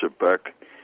back